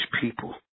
people